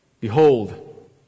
Behold